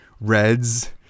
reds